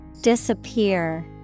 Disappear